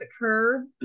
occur